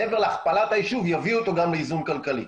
מעבר להכפלת היישוב יביאו אותו גם לאיזון כלכלי,